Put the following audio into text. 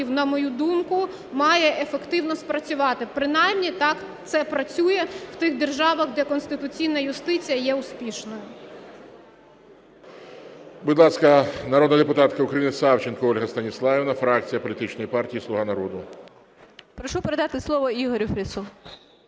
на мою думку, має ефективно спрацювати, принаймні так це працює в тих державах, де конституційна юстиція є успішною.